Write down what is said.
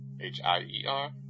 H-I-E-R